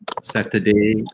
Saturday